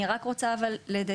אני רק רוצה אבל לדייק,